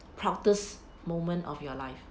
proudest moment of your life